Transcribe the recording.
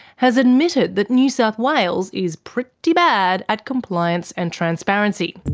has admitted that new south wales is pretty bad at compliance and transparency.